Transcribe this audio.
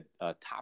top